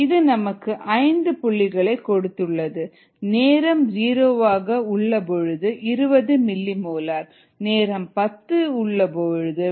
இது நமக்கு ஐந்து புள்ளிகளை கொடுத்துள்ளது நேரம் ஜீரோவாக உள்ள பொழுது 20 மில்லிமோலர் நேரம் பத்து உள்ள பொழுது 17